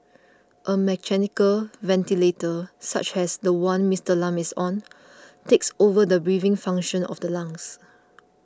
a mechanical ventilator such as the one Mister Lam is on takes over the breathing function of the lungs